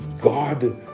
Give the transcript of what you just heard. God